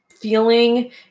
feeling